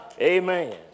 Amen